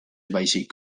baizik